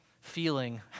feeling